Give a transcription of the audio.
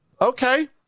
Okay